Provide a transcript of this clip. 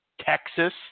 Texas